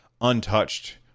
untouched